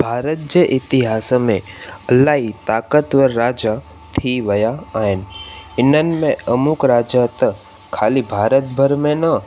भारत जे इतिहास में इलाही ताकतवर राजा थी विया आहिनि इन्हनि में अमुक राजा त खाली भारत भर में न